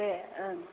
दे ओं